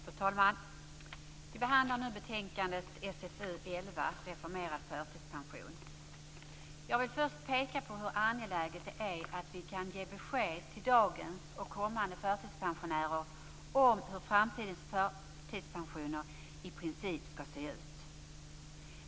Fru talman! Vi behandlar nu betänkandet SfU11, Reformerad förtidspension, m.m. Jag vill först peka på hur angeläget det är att vi kan ge besked till dagens och kommande förtidspensionärer om hur framtidens förtidspensioner skall se ut i princip.